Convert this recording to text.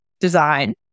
design